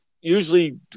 usually